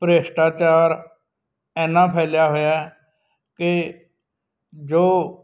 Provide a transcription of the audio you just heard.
ਭਰਿਸ਼ਟਾਚਾਰ ਇੰਨਾ ਫੈਲਿਆ ਹੋਇਆ ਕਿ ਜੋ